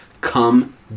Come